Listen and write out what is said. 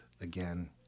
again